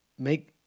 make